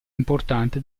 importante